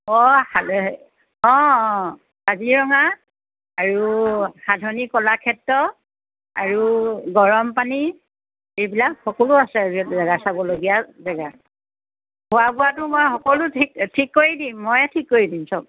অঁ সাধ অঁ অঁ কাজিৰঙা আৰু সাধনী কলাক্ষেত্ৰ আৰু গৰমপানী এইবিলাক সকলো আছে জেগা চাবলগীয়া জেগা খোৱা বোৱাটো মই সকলো ঠিক ঠিক কৰি দিম ময়ে ঠিক কৰি দিম চব